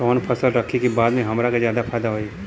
कवन फसल रखी कि बाद में हमरा के ज्यादा फायदा होयी?